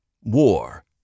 war